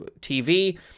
tv